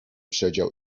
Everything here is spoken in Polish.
przedział